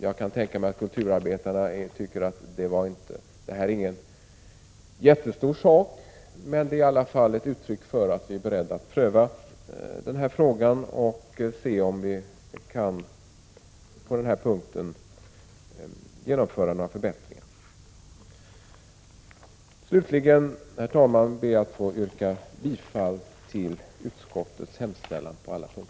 Jag föreställer mig att kulturarbetarna inte anser att det här är en jättestor sak, men det är i alla fall ett uttryck för att vi är beredda att pröva om vi på den här punkten kan genomföra några förbättringar. Herr talman! Jag ber att få yrka bifall till utskottets hemställan på alla punkter.